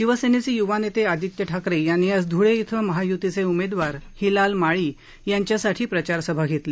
शिवसेनेचे युवा नेते आदित्य ठाकरे यांनी आज धुळे इथं महायुतीचे उमेदवार हिलाल माळी यांच्यासाठी प्रचारसभा घेतली